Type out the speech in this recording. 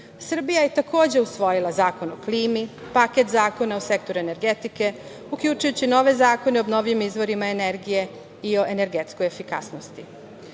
Srbija je, takođe, usvojila Zakon o klimi, paket zakona o sektoru energetike, uključujući nove zakone o obnovljivim izvorima energije i energetskoj efikasnosti. Posebna